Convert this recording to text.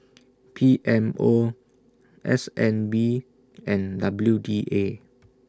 P M O S N B and W D A